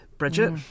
Bridget